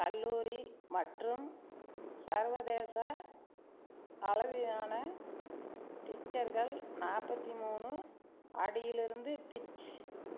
கல்லூரி மற்றும் சர்வதேச அளவிலான பிட்சர்கள் நாற்பத்தி மூணு அடியிலிருந்து பிட்ச்